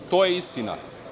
To je istina.